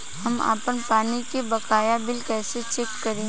हम आपन पानी के बकाया बिल कईसे चेक करी?